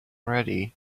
ready